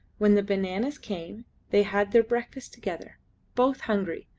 when the bananas came they had their breakfast together both hungry,